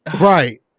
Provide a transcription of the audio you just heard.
Right